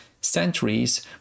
centuries